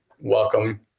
Welcome